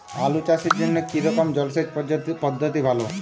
আলু চাষের জন্য কী রকম জলসেচ পদ্ধতি ভালো?